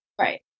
Right